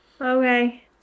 Okay